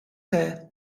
hair